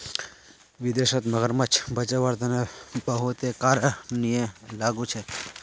विदेशत मगरमच्छ बचव्वार तने बहुते कारा नियम लागू छेक